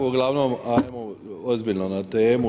Uglavnom ajmo ozbiljno na temu.